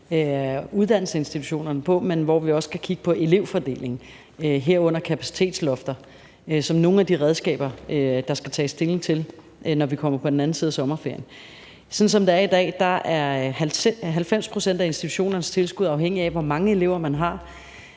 uddannelsesinstitutionerne på, og også skal kigge på elevfordelingen, herunder kapacitetslofter, som nogle af de redskaber, der skal tages stilling til, når vi kommer over på den anden side af sommerferien. Sådan som det er i dag, er 90 pct. af institutionernes tilskud afhængigt af, hvor mange elever man har,